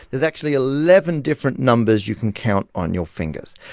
there's actually eleven different numbers you can count on your fingers.